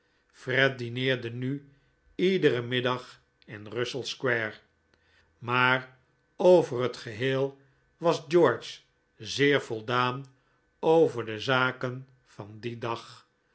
dineerde nu iederen middag in russell square maar over het geheel was george zeer voldaan over de zaken van dien dag